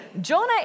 Jonah